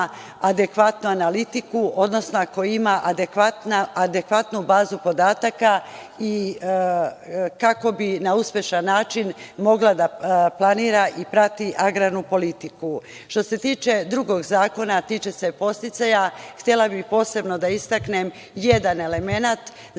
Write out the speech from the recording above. adekvatnu analitiku, odnosno ako ima adekvatnu bazu podataka i kako bi na uspešan način mogla da planira i prati agrarnu politiku. Što se tiče drugog zakona, a tiče se podsticaja, htela bih posebno da istaknem jedan elemenat zato